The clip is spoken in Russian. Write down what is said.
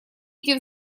эти